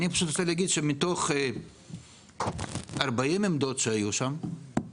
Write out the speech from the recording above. אני פשוט רוצה להגיד שמתוך ארבעים עמדות שהיו שם,